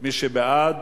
מי שבעד,